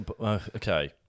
Okay